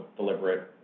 deliberate